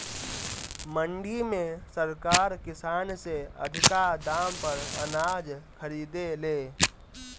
मंडी में सरकार किसान से अधिका दाम पर अनाज खरीदे ले